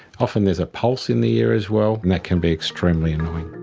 often there's a pulse in the ear as well and that can be extremely annoying.